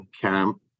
Camp